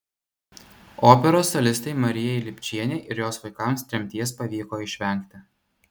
operos solistei marijai lipčienei ir jos vaikams tremties pavyko išvengti